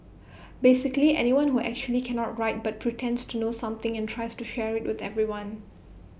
basically anyone who actually cannot write but pretends to know something and tries to share IT with everyone